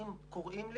אם קוראים לי,